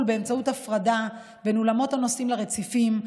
באמצעות הפרדה בין אולמות הנוסעים לרציפים,